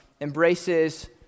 embraces